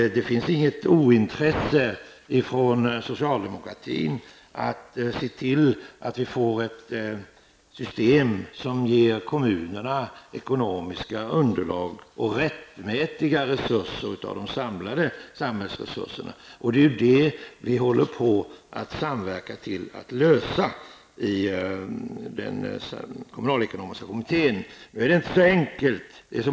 Det finns inget ointresse från socialdemokratin i fråga om att se till att få ett system som ger kommunerna ett ekonomiskt underlag och rättmätiga resurser av de samlade samhällsresurserna. Det är detta vi håller på att samverka till en lösning av i den kommunalekonomiska kommittén, men det är inte så enkelt.